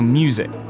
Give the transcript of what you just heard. music